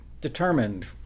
determined